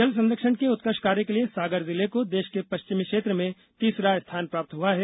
जल संरक्षण के उत्कृष्ट कार्य के लिए सागर जिले को देश के पश्चिमी क्षेत्र में तीसरा स्थान प्राप्त हुआ है